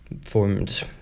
formed